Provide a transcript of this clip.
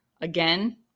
again